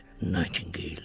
Nightingale